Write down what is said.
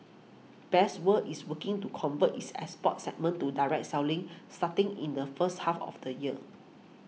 best World is working to convert its export segment to direct selling starting in the first half of the year